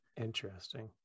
Interesting